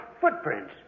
Footprints